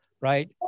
Right